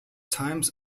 times